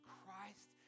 Christ